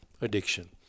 addiction